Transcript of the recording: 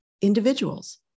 individuals